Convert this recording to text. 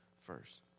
first